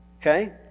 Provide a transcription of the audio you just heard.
Okay